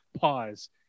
pause